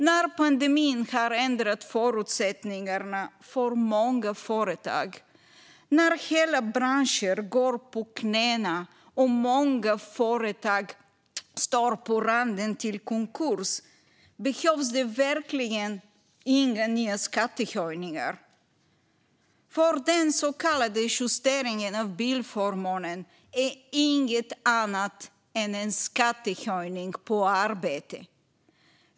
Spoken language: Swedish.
När pandemin har ändrat förutsättningarna för många företag, hela branscher går på knäna och många företag står på randen till konkurs behövs det verkligen inga nya skattehöjningar. Den så kallade justeringen av bilförmånen är inget annat än en skattehöjning på arbete.